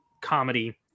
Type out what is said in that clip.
comedy